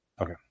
Okay